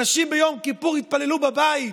אנשים ביום כיפור התפללו בבית.